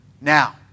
Now